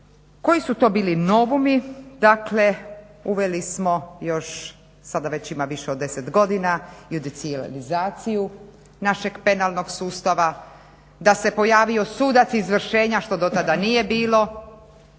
koji su to bili novumi. Dakle, uveli smo još sada već ima više od 10 godina …/Govornica se ne razumije./… našeg penalnog sustava, da se pojavio sudac izvršenja što do tada nije bilo